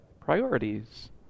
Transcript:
priorities